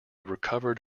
recovered